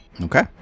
Okay